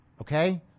okay